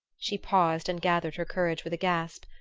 she paused and gathered her courage with a gasp.